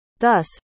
Thus